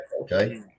Okay